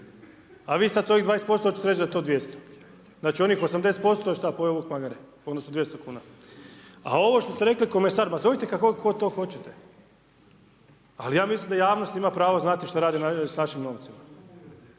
a vi sad sa ovih 20% hoćete reći da je to 200, znači onih 80% šta pojeo vuk magare? Odnosno 200 kuna. A ovo što ste rekli komesar, ma zovite kako god to hoćete ali ja mislim da javnost ima pravo znati što radi s našim novcima.